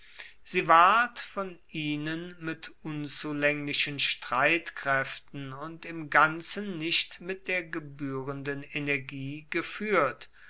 sie ward von ihnen mit unzulänglichen streitkräften und im ganzen nicht mit der gebührenden energie geführt